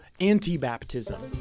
anti-baptism